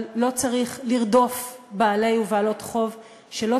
אבל לא צריך לרדוף בעלי ובעלות חוב שלא